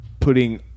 putting